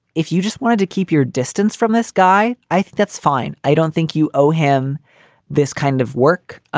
if you just wanted to keep your distance from this guy, i think that's fine. i don't think you owe him this kind of work.